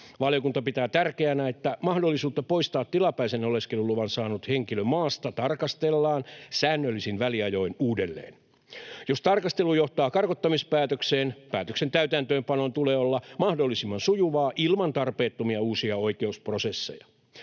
Valiokunta pitää tärkeänä, että mahdollisuutta poistaa tilapäisen oleskeluluvan saanut henkilö maasta tarkastellaan säännöllisin väliajoin uudelleen. Jos tarkastelu johtaa karkottamispäätökseen, päätöksen täytäntöönpanon tulee olla mahdollisimman sujuvaa ilman tarpeettomia uusia oikeusprosesseja.